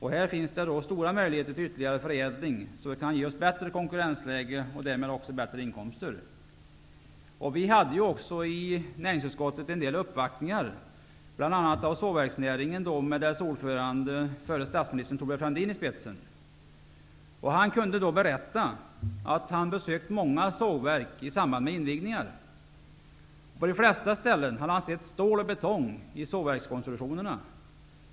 Här finns det stora möjligheter till ytterligare förädling som skulle ge oss ett bättre konkurrensläge och därmed bättre inkomster. Vi hade i näringsutskottet en del uppvaktningar, bl.a. av sågverksnäringen och dess ordförande förre statsministern Thorbjörn Fälldin. Han kunde berätta att han hade besökt många sågverk i samband med invigningar. På de flesta ställen hade han sett stål och betong i sågverkskonstruktionerna.